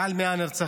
מעל 100 נרצחים,